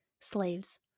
Slaves